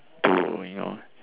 do you know